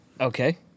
Okay